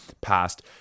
passed